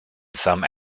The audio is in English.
some